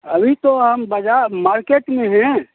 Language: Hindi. अभी तो हम बाज़ार मार्केट में है